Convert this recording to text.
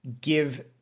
give